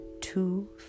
two